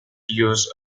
used